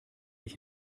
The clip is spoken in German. ich